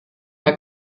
mehr